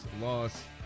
loss